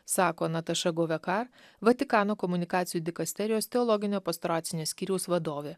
sako nataša govekar vatikano komunikacijų dikasterijos teologinio pastoracinio skyriaus vadovė